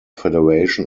federation